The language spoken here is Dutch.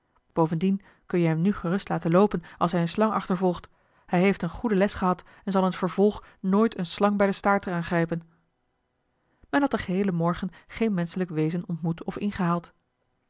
bovendien kun je hem nu gerust laten loopen als hij eene slang achtervolgt hij heeft eene goede les gehad en zal in het vervolg nooit eene slang bij den staart aangrijpen men had den geheelen morgen geen menschelijk wezen ontmoet of ingehaald